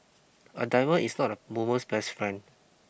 a diamond is not a woman's best friend